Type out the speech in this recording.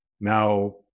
Now